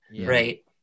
right